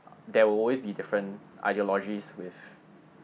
there will always be different ideologies with